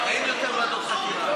אין יותר ועדות חקירה?